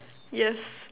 yes